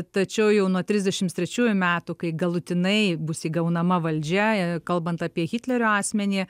tačiau jau nuo trisdešimt trečiųjų metų kai galutinai bus įgaunama valdžia kalbant apie hitlerio asmenį